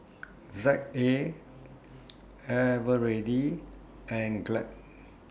Z A Eveready and Glad